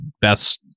best